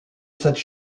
cette